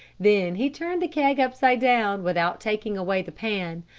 then he turned the keg upside down, without taking away the pan.